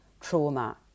trauma